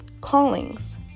callings